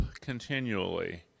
continually